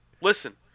Listen